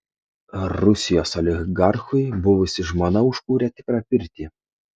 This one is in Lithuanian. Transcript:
rusijos oligarchui buvusi žmona užkūrė tikrą pirtį